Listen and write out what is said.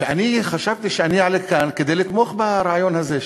ואני חשבתי שאני אעלה לכאן כדי לתמוך ברעיון הזה,